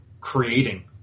creating